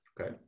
Okay